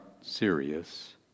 serious